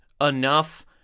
enough